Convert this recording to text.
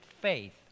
faith